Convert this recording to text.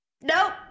nope